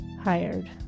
hired